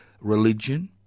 religion